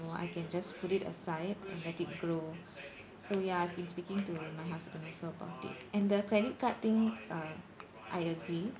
I can just put it aside and let it grow so ya I've been speaking to my husband also about it and the credit card thing uh I agree